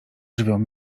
drzwiom